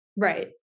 Right